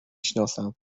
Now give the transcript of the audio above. سناسم